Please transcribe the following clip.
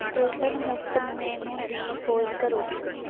gluten ਮੁਫਤ menu ਦੀ ਖੋਜ ਕਰੋ